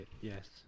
Yes